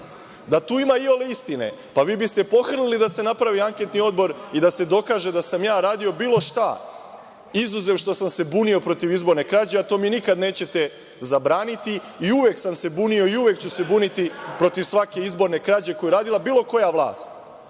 Da tu ima iole istine, pa vi biste pohrlili da se napravi anketni odbor i da se dokaže da sam ja radio bilo šta, izuzev što sam se bunio protiv izborne krađe, a to mi nikada nećete zabraniti. Uvek sam se bunio i uvek ću se buniti protiv svake izborne krađe koju je uradila bilo koja vlast,